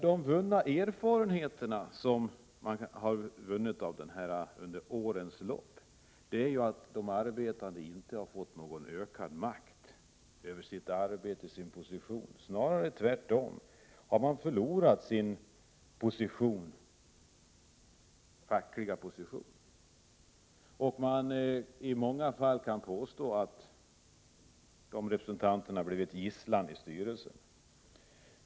De erfarenheter som man har vunnit av den här lagen under årens lopp visar att de arbetande inte har fått någon ökad makt över sitt arbete och sin position. De har snarare förlorat sin fackliga position. Man kan i många fall påstå att representanterna har blivit en gisslan i styrelsen.